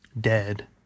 dead